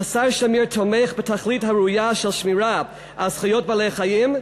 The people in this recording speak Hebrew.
השר שמיר תומך בתכלית הראויה של שמירה על זכויות בעלי-חיים,